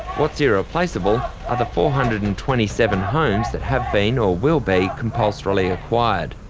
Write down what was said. what's irreplaceable are the four hundred and twenty seven homes that have been or will be compulsorily acquired.